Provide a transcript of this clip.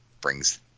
brings